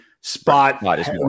spot